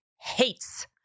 hates